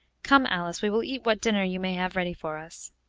come, alice, we will eat what dinner you may have ready for us.